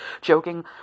joking